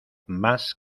más